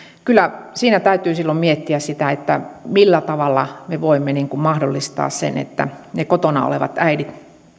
kyllä siinä täytyy silloin miettiä sitä millä tavalla me voimme mahdollistaa sen että ne kotona olevat äidit